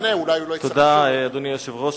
תודה, אדוני היושב-ראש.